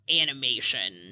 animation